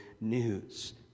news